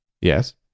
Yes